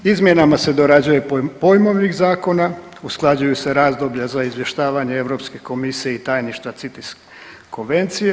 Izmjenama se dorađuje pojmovnik zakona, usklađuju se razdoblja za izvještavanje Europske komisije i tajništva CITES konvencije.